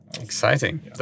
Exciting